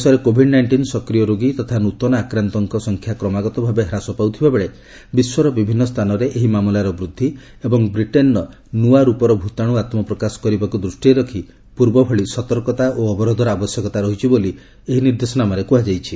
ଦେଶରେ covid nineteen ସକ୍ରିୟ ରୋଗୀ ତଥା ନ୍ତନ ଆକ୍ରାନ୍ତଙ୍କ ସଂଖ୍ୟା କ୍ରମାଗତ ଭାବେ ହ୍ରାସ ପାଉଥିବାବେଳେ ବିଶ୍ୱର ବିଭିନ୍ନ ସ୍ଥାନରେ ଏହି ମାମଲାର ବୃଦ୍ଧି ଏବଂ ବ୍ରିଟେନ୍ରେ ନୂଆ ରୂପର ଭୂତାଣୁ ଆତ୍ମପ୍ରକାଶ କରିବାକୁ ଦୃଷ୍ଟିରେ ରଖି ପୂର୍ବଭଳି ସତର୍କତା ଓ ଅବରୋଧର ଆବଶ୍ୟକତା ରହିଛି ବୋଲି ଏହି ନିର୍ଦ୍ଦେଶନାମାରେ କୁହାଯାଇଛି